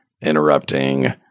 interrupting